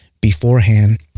beforehand